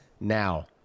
now